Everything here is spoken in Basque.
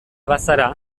bazara